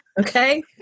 okay